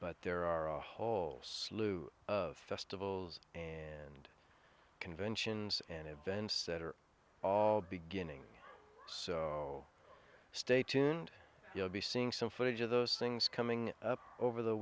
but there are a whole slew of festivals and conventions and events that are all beginning so stay tuned we'll be seeing some footage of those things coming up over the